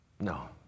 No